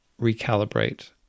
recalibrate